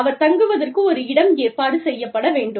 அவர் தங்குவதற்கு ஒரு இடம் ஏற்பாடு செய்யப்பட வேண்டும்